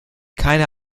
keiner